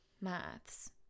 Maths